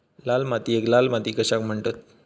लाल मातीयेक लाल माती कशाक म्हणतत?